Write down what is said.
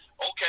okay